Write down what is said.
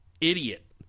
idiot